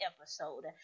episode